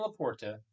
Laporta